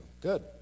Good